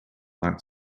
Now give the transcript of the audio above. that